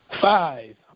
five